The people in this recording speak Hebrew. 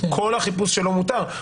כל החיפוש שלו מותר.